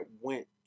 went